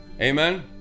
amen